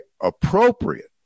appropriate